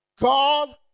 God